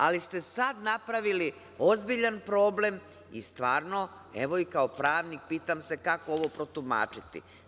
Sad ste napravili ozbiljan problem i stvarno, evo i kao pravnik, pitam se kako ovo protumačiti.